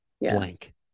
blank